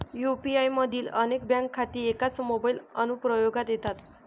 UPI मधील अनेक bank खाती एकाच मोबाइल अनुप्रयोगात येतात